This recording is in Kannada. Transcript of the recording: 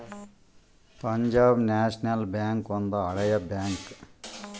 ಪಂಜಾಬ್ ನ್ಯಾಷನಲ್ ಬ್ಯಾಂಕ್ ಒಂದು ಹಳೆ ಬ್ಯಾಂಕ್